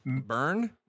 Burn